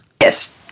Yes